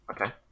okay